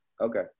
okay